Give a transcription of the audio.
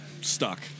stuck